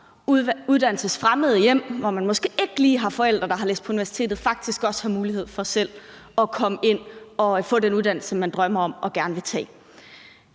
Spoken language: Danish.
uddannelsesfremmede hjem, hvor man måske ikke lige har forældre, der har læst på universitetet, har mulighed for selv at komme ind og få den uddannelse, man drømmer om og gerne vil tage.